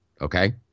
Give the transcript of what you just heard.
Okay